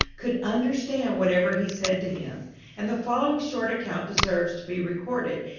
could understand whatever he said to him and the following short account deserves to be recorded,